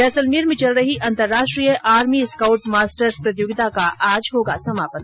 जैसलमेर में चल रही अंतर्राष्ट्रीय आर्मी स्काउट मास्टर्स प्रतियोगिता का आज होगा समापन